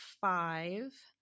five